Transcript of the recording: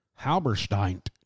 Halberstein